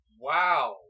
Wow